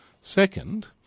Second